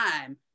time